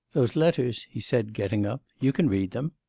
those letters he said, getting up, you can read them